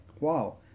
Wow